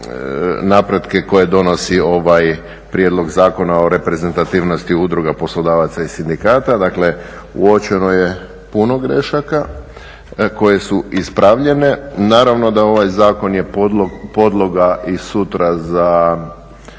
napretke koje donosi ovaj Prijedlog zakona o reprezentativnosti udruga poslodavaca i sindikata dakle uočeno je puno grešaka koje su ispravljene. Naravno da je ovaj zakon i podloga i sutra za